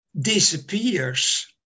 disappears